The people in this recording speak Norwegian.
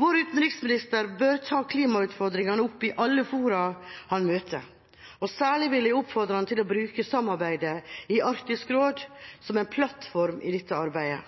Vår utenriksminister bør ta klimautfordringene opp i alle fora han møter, og særlig vil jeg oppfordre ham til å bruke samarbeidet i Arktisk råd som en plattform i dette arbeidet.